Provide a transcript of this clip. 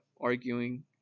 arguing